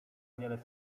wiele